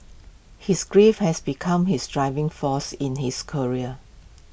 his grief has become his driving force in his career